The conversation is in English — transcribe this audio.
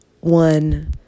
one